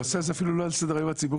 הנושא זה אפילו לא על סדר-היום הציבורי.